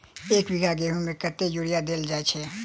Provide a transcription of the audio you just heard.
एक बीघा गेंहूँ मे कतेक यूरिया देल जाय छै?